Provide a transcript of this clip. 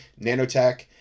nanotech